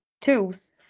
tools